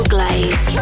Glaze